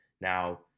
Now